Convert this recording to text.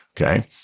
okay